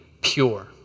pure